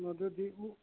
ꯃꯗꯨꯗꯤ